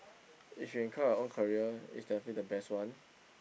if you can craft your own career it's definitely the best one